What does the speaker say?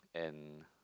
and